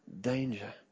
danger